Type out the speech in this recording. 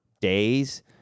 days